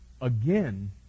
again